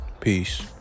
Peace